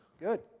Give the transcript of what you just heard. Good